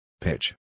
Pitch